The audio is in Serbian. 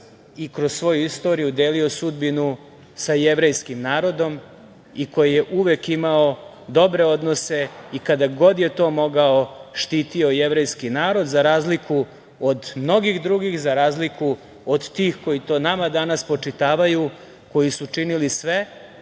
i kroz svoju istoriju delio sudbinu sa jevrejskim narodom i koji je uvek imao dobre odnose i kada god je to mogao štitio jevrejski narod, za razliku od mnogih drugih, za razliku od tih koji to nama danas spočitavaju, koji su činili sve